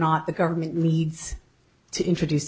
not the government needs to introduce